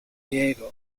diego